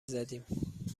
زدیم